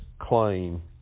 claim